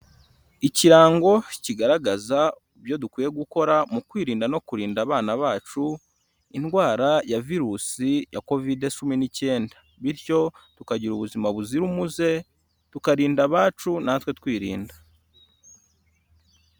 Ikirango kigaragaza ibyo dukwiye gukora mu kwirinda no kurinda abana bacu indwara ya virusi ya Kovide cumi n'icyenda, bityo tukagira ubuzima buzira umuze tukarinda abacu natwe twirinda.